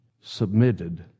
submitted